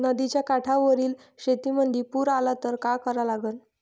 नदीच्या काठावरील शेतीमंदी पूर आला त का करा लागन?